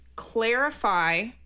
clarify